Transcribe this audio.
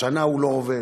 שנה הוא לא עובד,